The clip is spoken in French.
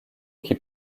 qui